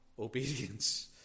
obedience